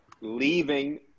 leaving